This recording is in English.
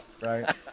right